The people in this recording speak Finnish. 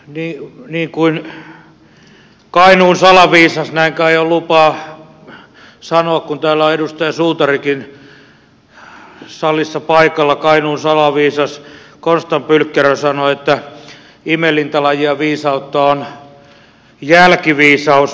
niin kuin kainuun salaviisas näin kai on lupa sanoa kun täällä on edustaja suutarikin salissa paikalla konstan pylkkerö sanoi imelintä lajia viisautta on jälkiviisaus